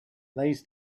those